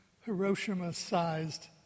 Hiroshima-sized